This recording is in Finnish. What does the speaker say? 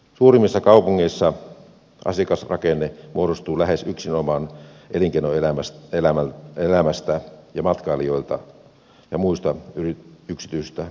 suurimmissa kaupungeissa asiakasrakenne muodostuu lähes yksinomaan elinkeinoelämästä ja matkailijoista ja muista yksityisistä asiakkaista